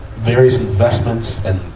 various investments and